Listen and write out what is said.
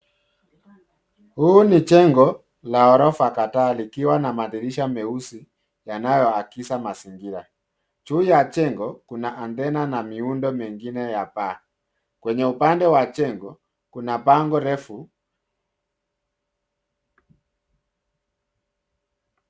Huu ni jengo la ghorofa kadhaa likiwa na madirisha meusi yanayoakisi mazingira. Juu ya jengo kuna antena na miundo mingine ya paa. Kwenye upande wa jengo, kuna bango refu.